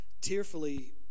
tearfully